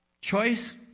Choice